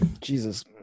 Jesus